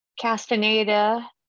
Castaneda